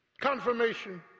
Confirmation